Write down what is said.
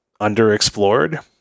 underexplored